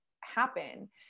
happen